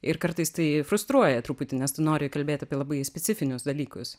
ir kartais tai frustruoja truputį nes tu nori kalbėt apie labai specifinius dalykus